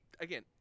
Again